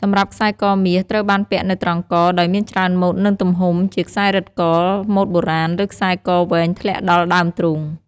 សម្រាប់ខ្សែកមាស ត្រូវបានពាក់នៅត្រង់ក ដោយមានច្រើនម៉ូដ និងទំហំ ជាខ្សែករឹតក ម៉ូដបុរាណ ឬខ្សែកវែងធ្លាក់ដល់ដើមទ្រូង។